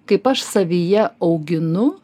kaip aš savyje auginu